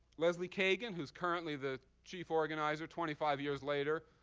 leslie kagan, who's currently the chief organizer, twenty five years later,